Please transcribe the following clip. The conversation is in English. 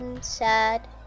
Sad